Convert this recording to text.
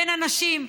בין אנשים.